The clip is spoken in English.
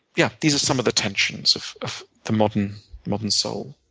yeah. these are some of the tensions of of the modern modern soul.